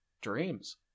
dreams